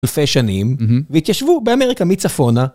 אלפי שנים, והתיישבו באמריקה מצפונה.